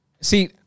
See